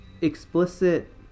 explicit